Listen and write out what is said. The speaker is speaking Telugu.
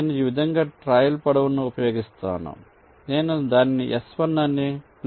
నేను ఈ విధంగా ట్రయల్ పొడవును ఉపయోగిస్తాను నేను దానిని S1 అని పిలుస్తాను